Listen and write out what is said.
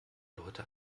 leute